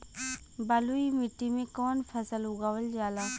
बलुई मिट्टी में कवन फसल उगावल जाला?